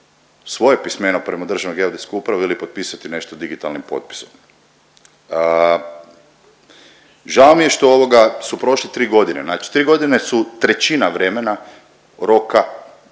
svoje pismeno prema Državnoj geodetskoj upravi ili potpisati nešto digitalnim potpisom. Žao mi je što ovoga su prošle 3.g., znači 3.g. su trećina vremena, roka,